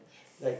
yes